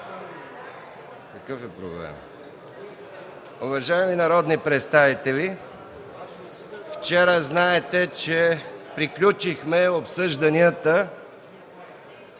от ГЕРБ.) Уважаеми народни представители, вчера, знаете, че приключихме обсъжданията